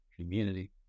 Community